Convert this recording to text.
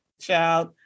Child